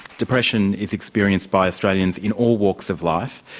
depression is experienced by australians in all walks of life,